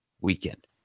weekend